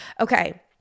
Okay